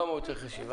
למה הוא צריך להשיב?